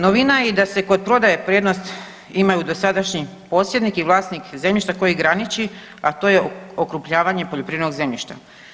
Novina je i da se kod prodaje prednost imaju dosadašnji posjednik i vlasnik zemljišta koji graniči, a to je okrupnjavanje poljoprivrednog zemljišta.